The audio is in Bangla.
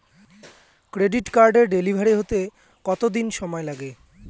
ক্রেডিট কার্ডের ডেলিভারি হতে কতদিন সময় লাগে?